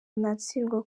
natsindwa